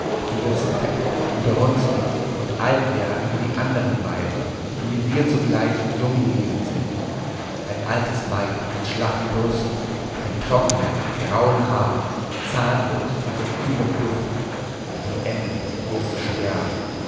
du wirst fett und runzlig und alt werden wie die andern weiber die mit dir zugleich jung gewesen sind ein altes weib mit schlaffen brüsten mit trocknem grauen haar zahnlos und von üblem duft und endlich wirst du sterben